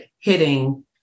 hitting